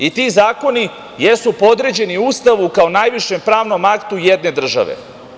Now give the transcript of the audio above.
I ti zakoni jesu podređeni Ustavu, kao najvišem pravnom aktu jedne države.